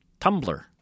Tumblr